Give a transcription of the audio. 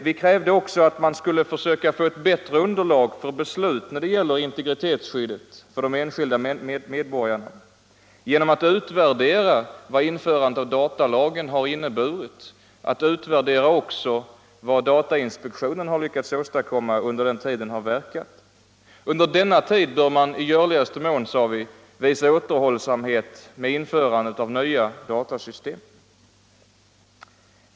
Vi krävde vidare att man skulle försöka få ett bättre underlag för beslut när det gäller integritetsskyddet för de enskilda medborgarna genom att utvärdera vad införandet av datalagen har inneburit och att också utvärdera vad datainspektionen har lyckats åstadkomma under den tid den har verkat. Under denna tid bör man i görligaste mån, sade vi, visa återhållsamhet med införandet av nya datasystem.